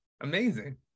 amazing